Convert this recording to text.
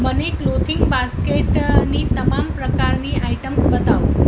મને ક્લોથિંગ બાસ્કેટની તમામ પ્રકારની આઇટમ્સ બતાવો